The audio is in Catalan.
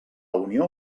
unió